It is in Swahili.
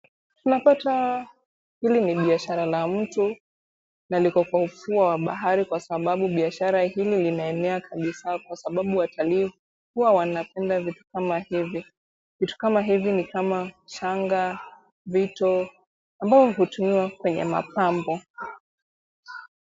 Unapata hili ni biashara la mtu na liko kwa ufuo wa bahari, kwa sababu biashara hili linaenea kabisaa kwa sababu watalii huwa wanapenda vitu kama hivi. Vitu kama hivi ni kama shanga, vito ambavyo hutumiwa kwenye mapambo.